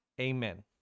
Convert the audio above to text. Amen